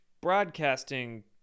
Broadcasting